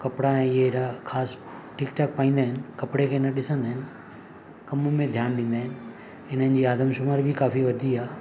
कपिड़ा ई हेॾा ख़ासि ठीकु ठाक पाईंदा आहिनि कपिड़े खे न ॾिसंदा आहिनि कमु में ध्यानु ॾींदा आहिनि हिननि जी आदमशुमारी बि काफ़ी वधी आहे